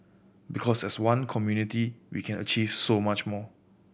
because as one community we can achieve so much more